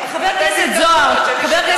אתם דיקטטורה.